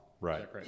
right